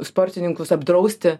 sportininkus apdrausti